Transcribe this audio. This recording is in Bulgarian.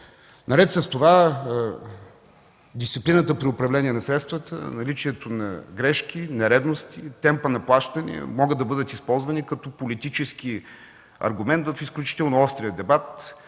Наред с това дисциплината при управление на средствата, наличието на грешки, нередности и темповете на плащания могат да бъдат използвани като политически аргумент в изключително острия дебат